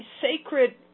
sacred